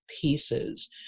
pieces